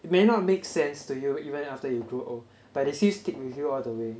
it may not make sense to you even after you grow old but they still stick with you all the way